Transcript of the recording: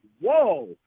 whoa